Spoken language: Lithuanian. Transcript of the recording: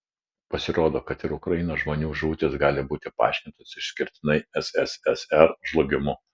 pasirodo kad ir ukrainos žmonių žūtys gali būti paaiškintos išskirtinai sssr žlugimu